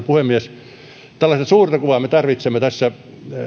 puhemies tällaista suurta kuvaa me tarvitsemme tässä